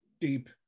deep